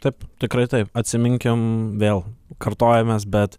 taip tikrai taip atsiminkim vėl kartojamės bet